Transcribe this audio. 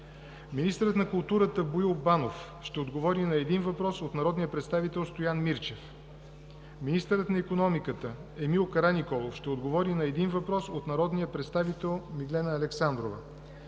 министърът на културата Боил Банов ще отговори на един въпрос от народния представител Стоян Мирчев; – министърът на икономиката Емил Караниколов ще отговори на един въпрос от народния представител Миглена Александрова;